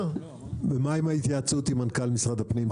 מה עם התייעצות עם מנכ"ל משרד הפנים?